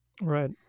Right